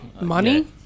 Money